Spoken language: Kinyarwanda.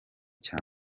cya